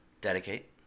Dedicate